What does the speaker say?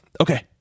Okay